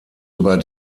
über